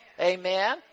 Amen